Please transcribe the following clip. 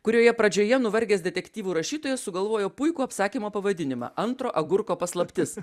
kurioje pradžioje nuvargęs detektyvų rašytojas sugalvojo puikų apsakymo pavadinimą antro agurko paslaptis